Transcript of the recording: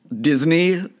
Disney